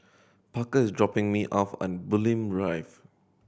Parker is dropping me off at Bulim Drive